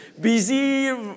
busy